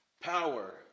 power